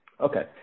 Okay